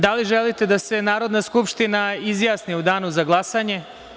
Da li želite da se Narodna skupština izjasni u danu za glasanje?